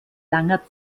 langer